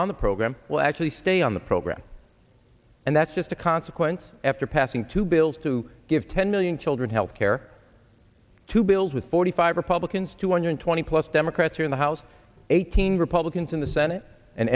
on the program will actually stay on the program and that's just a consequence after passing two bills to give ten million children health care to build with forty five republicans two hundred twenty plus democrats in the house eighteen republicans in the senate and